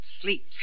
sleep